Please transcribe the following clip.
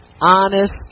honest